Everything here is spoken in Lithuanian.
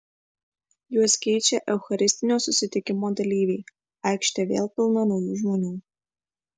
juos keičia eucharistinio susitikimo dalyviai aikštė vėl pilna naujų žmonių